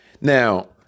Now